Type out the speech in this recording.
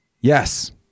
yes